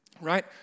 right